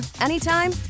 anytime